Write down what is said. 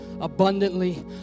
abundantly